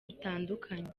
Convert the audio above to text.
butandukanye